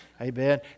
Amen